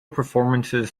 performances